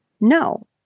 no